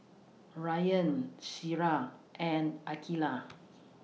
Rayyan Syirah and Aqilah